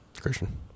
christian